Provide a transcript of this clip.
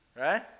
right